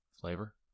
flavor